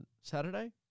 Saturday